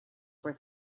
where